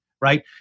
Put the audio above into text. right